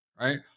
right